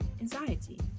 anxiety